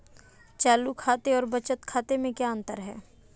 चालू खाते और बचत खाते में क्या अंतर है?